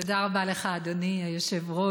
תודה רבה לך, אדוני היושב-ראש.